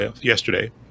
yesterday